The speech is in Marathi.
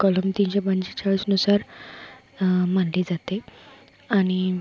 कलम तीनशे पंचेळीसनुसार मानली जाते आनि